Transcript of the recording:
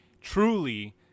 Truly